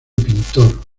pintor